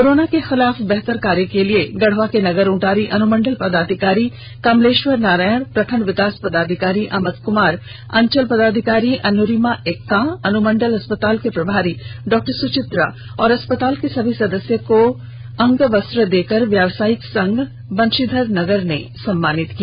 corona के खिलाफ बेहतर कार्य के लिए गढ़वा के नगरउंटारी अनुमंडल पदाधिकारी कमलेश्वर नारायण प्रखंड विकास पदाधिकारी अमित कुमार अंचल पदाधिकारी अनुरिमा इक्का अनुमंडल अस्पताल के प्रभारी डॉक्टर सुचित्रा और अस्पताल के सभी सदस्य को अंग वस्त्र देकर व्यवसायिक संघ बंशीधर नगर ने सम्मानित किया